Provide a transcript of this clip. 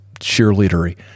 cheerleadery